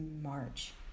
March